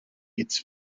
its